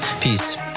Peace